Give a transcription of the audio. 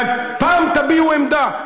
פעם תביעו עמדה,